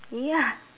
ya